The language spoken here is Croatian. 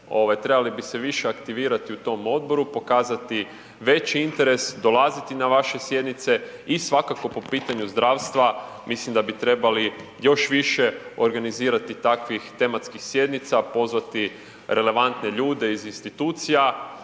trebali bi se više aktivirati u tom Odboru, pokazati veći interes, dolaziti na vaše sjednice i svakako po pitanju zdravstva mislim da bi trebali još više organizirati takvih tematskih sjednica, pozvati relevantne ljude iz institucija,